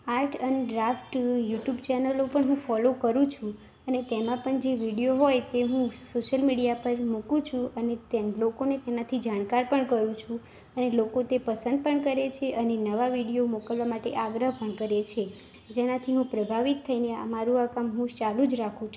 art અને draft YouTube ચેનલો પણ હું ફોલો કરું છું અને તેમાં પણ જે વિડીયો હોય તે હું સોશ્યલ મીડિયા પર મૂકું છું અને તેન લોકોને તેનાથી જાણકાર પણ કરું છું અને લોકો તે પસંદ પણ કરે છે અને નવા વિડીયો મોકલવા માટે આગ્રહ પણ કરે છે જેનાથી હું પ્રભાવિત થઇને આ મારું આ કામ હું ચાલું જ રાખું છું